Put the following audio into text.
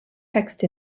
text